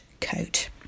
coat